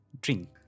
Drink